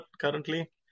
currently